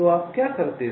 तो आप क्या करते हो